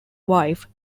wife